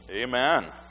Amen